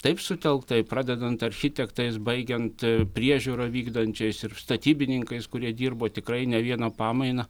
taip sutelktai pradedant architektais baigiant priežiūrą vykdančiais ir statybininkais kurie dirbo tikrai ne vieną pamainą